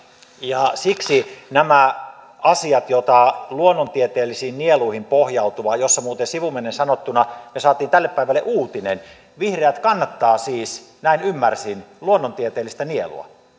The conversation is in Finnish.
ja siksi nämä asiat joita luonnontieteellisiin nieluihin pohjautuva ja muuten sivumennen sanottuna me saimme tälle päivälle uutisen vihreät kannattavat siis näin ymmärsin luonnontieteellistä nielua